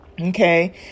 Okay